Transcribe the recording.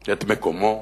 את מקומו,